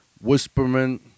Whispering